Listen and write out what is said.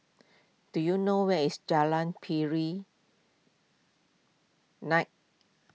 do you know where is Jalan Pari Nak